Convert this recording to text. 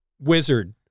wizard